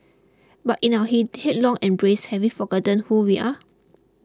but in our hit headlong embrace have we forgotten who we are